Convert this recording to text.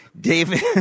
david